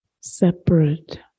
separate